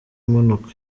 imanuka